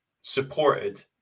supported